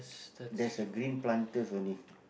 there's a green planters only